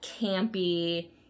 campy